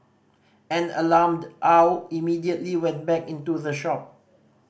an alarmed Aw immediately went back into the shop